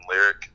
lyric